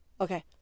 Okay